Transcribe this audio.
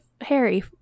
Harry